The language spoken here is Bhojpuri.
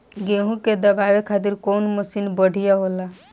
गेहूँ के दवावे खातिर कउन मशीन बढ़िया होला?